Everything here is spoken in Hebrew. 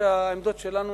העמדות שלנו